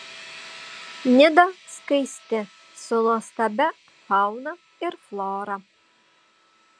nida skaisti su nuostabia fauna ir flora